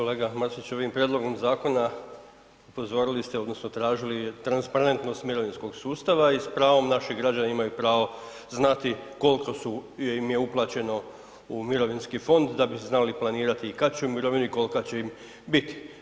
Kolega Mrsić, ovim prijedlogom zakona upozorili ste odnosno tražili transparentnost mirovinskog sustava i s pravom naši građani imaju pravo znati kolko su, im je uplaćeno u mirovinski fond da bi znali planirati i kad će u mirovinu i kolka će im biti.